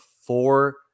four